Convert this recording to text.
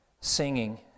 singing